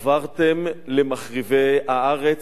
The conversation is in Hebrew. חברתם למחריבי הארץ.